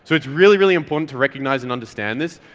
so it's really really important to recognise and understand this,